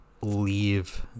leave